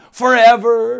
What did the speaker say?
forever